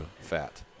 fat